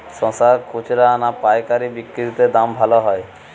শশার খুচরা না পায়কারী বিক্রি তে দাম ভালো হয়?